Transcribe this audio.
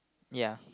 ya